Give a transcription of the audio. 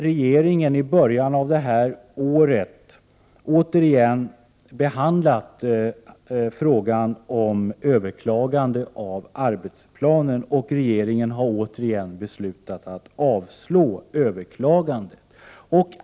I början av detta år behandlade regeringen återigen ärendet och beslutade då att avslå överklagandet.